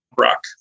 rock